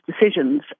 decisions